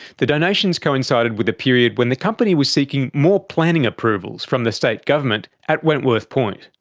the donations coincided with a period when the company was seeking more planning approvals from the state government at wentworth point.